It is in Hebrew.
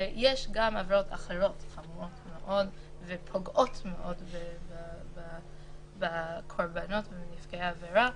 ויש גם עבירות אחרות חמורות מאוד ופוגעות מאוד בקורבנות ובנפגעי העבירה,